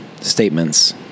statements